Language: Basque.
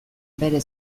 bere